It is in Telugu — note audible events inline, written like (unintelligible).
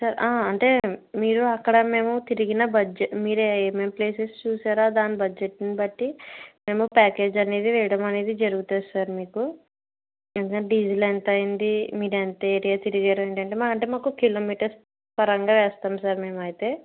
సార్ అంటే మీరు అక్కడ మేము తిరిగిన బడ్జెట్ మీరు ఏం ఏం ప్లేసెస్ చూశారో దాని బడ్జెట్ని బట్టి మేము ప్యాకేజ్ అనేది వేయడం అనేది జరుగుతుంది సార్ మీకు (unintelligible) డీజిల్ ఎంత అయ్యింది మీరు ఎంత ఏరియా తిరిగారు అంటే మాకు అంటే కిలోమీటర్ పరంగా వేస్తాం సార్ మేమైతే